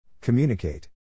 Communicate